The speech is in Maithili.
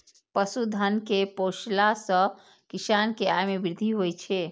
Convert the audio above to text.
पशुधन कें पोसला सं किसान के आय मे वृद्धि होइ छै